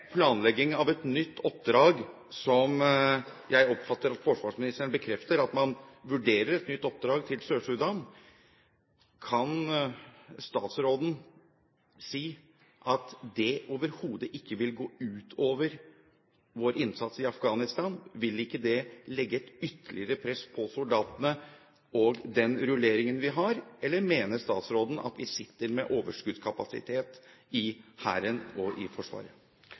planlegging av et nytt oppdrag – jeg oppfatter at forsvarsministeren bekrefter at man vurderer et nytt oppdrag til Sør-Sudan – kan statsråden si at det overhodet ikke vil gå ut over vår innsats i Afghanistan? Vil ikke det legge et ytterligere press på soldatene og den rulleringen vi har, eller mener statsråden at vi sitter med overskuddskapasitet i Hæren og i Forsvaret?